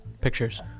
Pictures